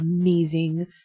amazing